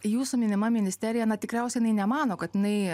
jūsų minima ministerija na tikriausiai jinai nemano kad jinai